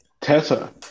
Tessa